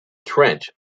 trench